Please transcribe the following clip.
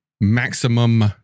maximum